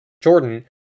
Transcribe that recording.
Jordan